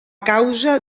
causa